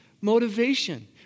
motivation